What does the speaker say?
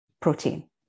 protein